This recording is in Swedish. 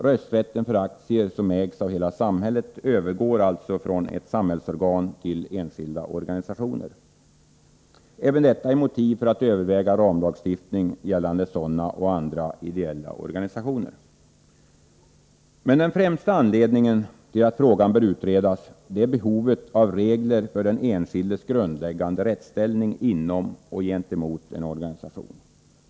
Rösträtten för aktier som ägs av hela samhället övergår alltså från ett samhällsorgan till enskilda organisationer. Även detta är motiv för att överväga ramlagstiftning gällande sådana och andra ideella organisationer. Den främsta anledningen till att frågan bör utredas är emellertid behovet av regler för den enskildes grundläggande rättsställning inom och gentemot en organisation.